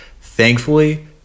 Thankfully